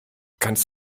kannst